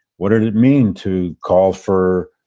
what did it mean to call for?